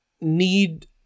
need